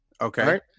Okay